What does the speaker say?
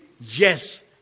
yes